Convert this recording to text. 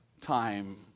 time